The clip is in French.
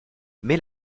mais